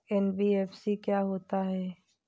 NBFC क्या होता है?